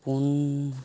ᱯᱩᱱᱻ